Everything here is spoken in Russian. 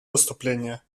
выступление